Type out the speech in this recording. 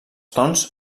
tons